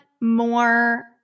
more